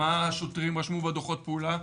מה השוטרים רשמו בדו"חות הפעולה.